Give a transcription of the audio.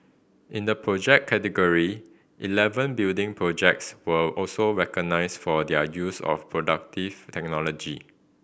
in the project category eleven building projects were also recognised for their use of productive technology